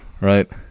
right